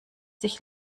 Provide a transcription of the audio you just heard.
sich